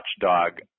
watchdog